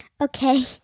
Okay